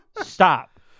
Stop